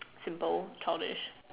simple childish